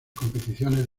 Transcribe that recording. competiciones